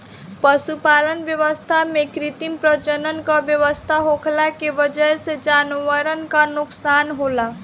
पशुपालन व्यवस्था में कृत्रिम प्रजनन क व्यवस्था होखला के वजह से जानवरन क नोकसान होला